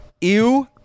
Ew